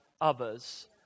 others